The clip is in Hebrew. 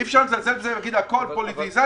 ואי-אפשר לזלזל בזה, ולהגיד: הכול פוליטיקה,